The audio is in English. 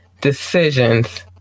decisions